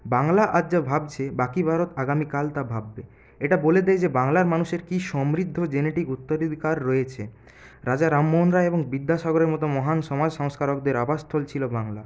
বাংলা আজ যা ভাবছে বাকি ভারত আগামীকাল তা ভাববে এটা বলে দেয় যে বাংলার মানুষের কি সমৃদ্ধ জেনেটিক উত্তরাধিকার রয়েছে রাজা রামমোহন রায় এবং বিদ্যাসাগরের মতো মহান সমাজ সংস্কারকদের আবাসস্থল ছিল বাংলা